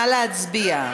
נא להצביע.